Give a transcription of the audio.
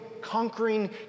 conquering